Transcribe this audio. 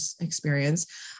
experience